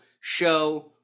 Show